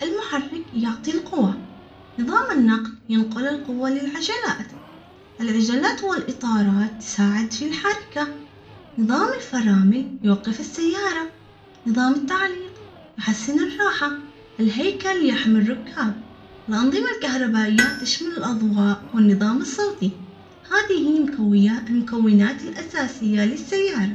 المحرك يعطي القوى نظام النقل ينقل القوة للعجلات، العجلات، والإطارات تساعد في الحركة. نظام الفرامل يوقف السيارة، نظام التعليق يحسن الراحة، الهيكل يحمل ركاب الأنظمة الكهربائية تشمل الأضواء والنظام الصوتي.